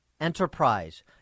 enterprise